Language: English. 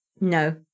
no